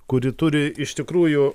kuri turi iš tikrųjų